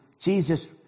Jesus